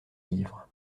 livres